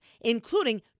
including